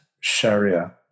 sharia